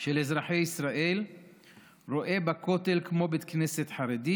של אזרחי ישראל רואים בכותל כמו בית כנסת חרדי,